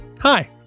Hi